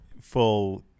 full